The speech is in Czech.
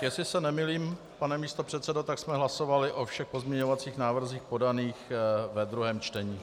Jestli se nemýlím, pane místopředsedo, tak jsme hlasovali o všech pozměňovacích návrzích podaných ve druhém čtení.